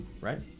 Right